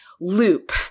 loop